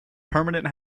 permanent